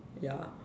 ya